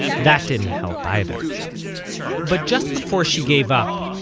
that didn't help either but just before she gave up,